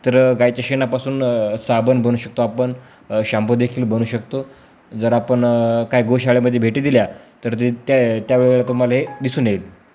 तर गायच्या शेणापासून साबण बनू शकतो आपण शॅम्पूदेखील बनू शकतो जर आपण काही गो शाळेमध्ये भेटी दिल्या तर ते त्या त्यावेळेला तुम्हाला हे दिसून येईल